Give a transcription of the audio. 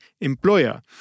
employer